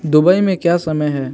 Dubai में क्या समय है